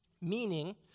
Meaning